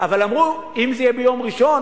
אבל אמרו שאם זה יהיה ביום ראשון,